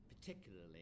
particularly